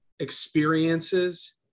experiences